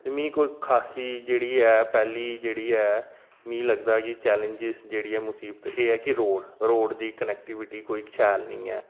मीं कोई खासी जेह्ड़ी ऐ पैह्ली जेहड़ी ऐ मीं लगदा कि चैलेंजस जेहड़ी ऐ मुसीबत जेहड़ी है ओह् ऐ रोड़ रोड़ दी कनेक्टीबटी कोई शैल नेईं ऐ